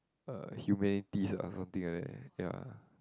uh Humanities ah or something like that ya